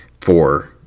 four